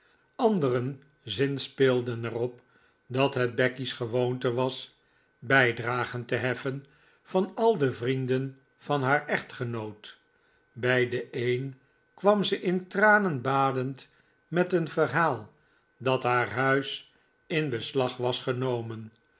anderen zinspeelden er op dat het becky's gewoonte was bijdragen te heffen van al de vrienden van haar echtgenoot bij den een kwam ze in tranen badend met een verhaal dat haar huis in beslag was genomen